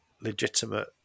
legitimate